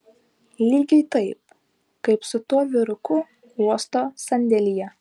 lygiai taip kaip su tuo vyruku uosto sandėlyje